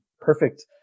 perfect